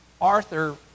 Arthur